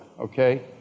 okay